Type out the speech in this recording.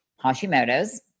Hashimoto's